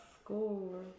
school